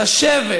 לשבת